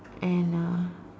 and uh